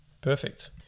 Perfect